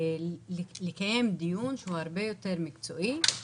לקיים דיון שהוא הרבה יותר מקצועי.